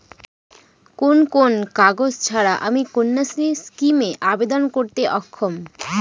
কোন কোন কাগজ ছাড়া আমি কন্যাশ্রী স্কিমে আবেদন করতে অক্ষম?